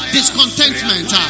Discontentment